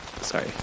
sorry